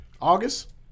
August